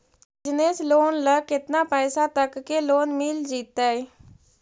Business loan ल केतना पैसा तक के लोन मिल जितै?